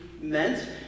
meant